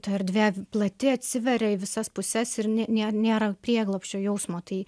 ta erdvė plati atsiveria į visas puses ir nė nė nėra prieglobsčio jausmo tai